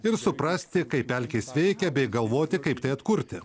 ir suprasti kaip pelkės veikia bei galvoti kaip tai atkurti